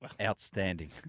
Outstanding